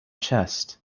chest